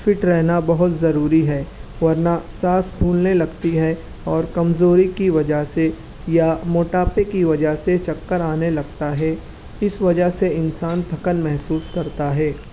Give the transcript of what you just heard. fit رہنا بہت ضروری ہے ورنہ سانس پھولنے لگتی ہے اور کمزوری کی وجہ سے یا موٹاپے کی وجہ سے چکر آنے لگتا ہے اِس وجہ سے انسان تھکن محسوس کرتا ہے